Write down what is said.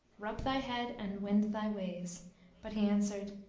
rub thy head and wend thy ways but he answered,